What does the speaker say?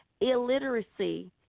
illiteracy